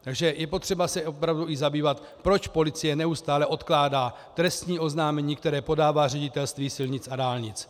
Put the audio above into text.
Takže je potřeba se opravdu i zabývat, proč policie neustále odkládá trestní oznámení, které podává Ředitelství silnic a dálnic.